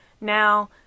Now